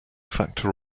factor